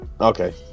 Okay